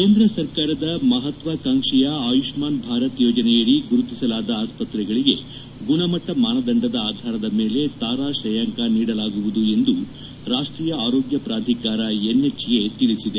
ಕೇಂದ್ರ ಸರ್ಕಾರದ ಮಪತ್ವಾಕಾಂಕ್ಷಿಯ ಆಯುಷ್ಮಾನ್ ಭಾರತ್ ಯೋಜನೆಯಡಿ ಗುರುತಿಸಲಾದ ಆಸ್ಪತ್ರೆಗಳಿಗೆ ಗುಣಮಟ್ಟ ಮಾನದಂಡದ ಆಧಾರದ ಮೇಲೆ ತಾರಾ ಕ್ರೇಯಾಂಕ ನೀಡಲಾಗುವುದು ಎಂದು ರಾಷ್ಟೀಯ ಆರೋಗ್ಯ ಪ್ರಾಧಿಕಾರ ಎನ್ಎಚ್ಎ ತಿಳಿಸಿದೆ